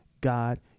God